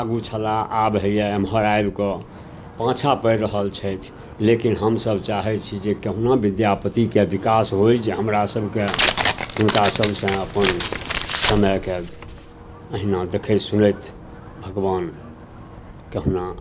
आगू छलाह आब हैए एमहर आबिकऽ पाछाँ पड़ि रहल छथि लेकिन हमसभ चाहै छी जे कहुना विद्यापतिके विकास होइ जे हमरासभके हुनकासभसे अपन समयके एहिना देखैत सुनैत भगवान कहुना